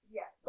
Yes